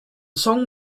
song